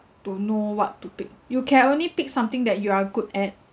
to know what to pick you can only pick something that you are good at